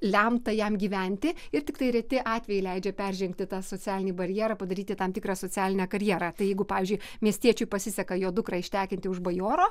lemta jam gyventi ir tiktai reti atvejai leidžia peržengti tą socialinį barjerą padaryti tam tikrą socialinę karjerą tai jeigu pavyzdžiui miestiečiui pasiseka jo dukrą ištekinti už bajoro